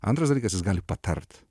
antras dalykas jis gali patart